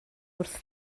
wrth